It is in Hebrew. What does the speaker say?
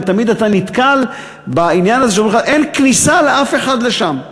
ותמיד אתה נתקל בעניין הזה שאומרים לך: אין לאף אחד כניסה לשם.